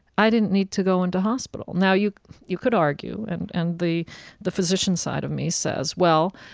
i didn't need to go into hospital now, you you could argue, and and the the physician side of me says, well,